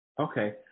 Okay